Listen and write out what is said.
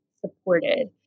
supported